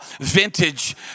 vintage